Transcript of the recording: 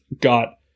got